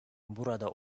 burada